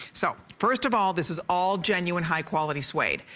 so first of all this is all genuine high-quality suede.